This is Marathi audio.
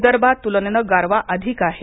विदर्भात तुलनेनं गारवा अधिक आहे